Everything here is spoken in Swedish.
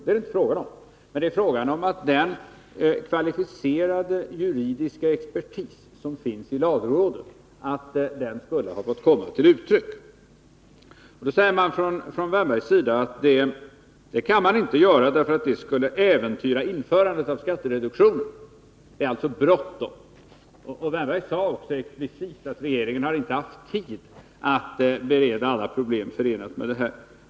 Det är det inte fråga om utan om att den kvalificerade juridiska expertis som finns i lagrådet skulle ha fått komma till uttryck. Då säger herr Wärnberg att . man inte kan höra lagrådet — eftersom det skulle äventyra införandet av skattereduktionen. Det är alltså bråttom. Herr Wärnberg sade också explicit att regeringen inte har haft tid att bereda alla problem som är förenade med detta förslag.